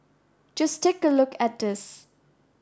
just take a look at these